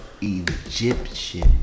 Egyptian